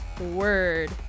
word